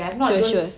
sure sure